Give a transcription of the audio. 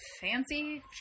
fancy